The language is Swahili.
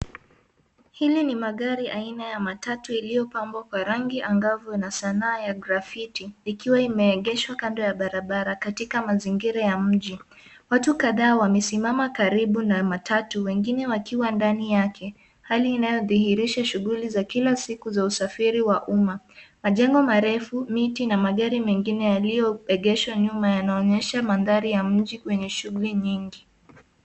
Hili ni magari aina ya matatu iliyopambwa kwa rangi angavu na sanaa ya grafiti, ikiwa imeegeshwa kando ya barabara katika mazingira ya mji. Watu kadhaa wamesimama karibu na matatu, wengine wakiwa ndani yake. Hali inayodhihirisha shughuli za kila siku za usafiri wa umma. Majengo marefu, miti na magari mengine yaliyoegeshwa nyuma, yanaonyesha mandhari ya mji wenye shughuli nyingi.